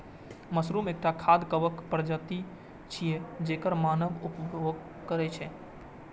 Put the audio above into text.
mushroom एकटा खाद्य कवक प्रजाति छियै, जेकर मानव उपभोग करै छै